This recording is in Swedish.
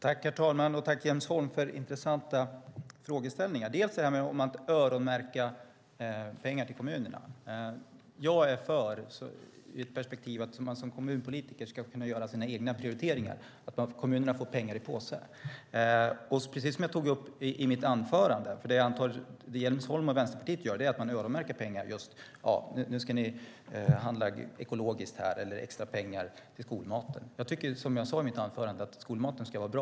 Herr talman! Tack för intressanta frågeställningar, Jens Holm! När det gäller detta att öronmärka pengar till kommunerna vill jag säga att jag är för att man som kommunpolitiker ska kunna göra sina egna prioriteringar och att kommunerna får pengarna i en påse. Jens Holm och Vänsterpartiet öronmärker pengar till att handla ekologiskt eller till skolmaten. Som jag sade i mitt anförande tycker jag att skolmaten ska vara bra.